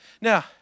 Now